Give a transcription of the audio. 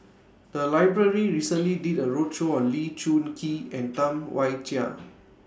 The Library recently did A roadshow on Lee Choon Kee and Tam Wai Jia